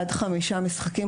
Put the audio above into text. עד חמישה משחקים,